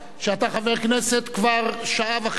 שאתה חבר כנסת כבר שעה וחצי,